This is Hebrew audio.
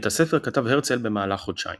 את הספר כתב הרצל במהלך חודשיים